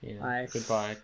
Goodbye